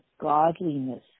godliness